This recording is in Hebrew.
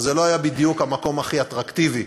זה לא היה בדיוק המקום הכי אטרקטיבי.